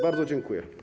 Bardzo dziękuję.